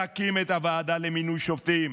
תקים את הוועדה למינוי שופטים,